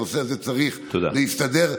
הנושא הזה צריך להסתדר,